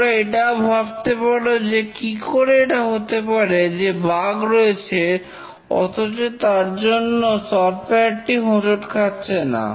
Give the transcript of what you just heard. তোমরা এটাও ভাবতে পারো যে কি করে এটা হতে পারে যে বাগ রয়েছে অথচ তার জন্য সফটওয়্যারটি হোঁচট খাচ্ছে না